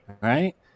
right